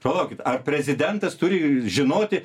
palaukit ar prezidentas turi žinoti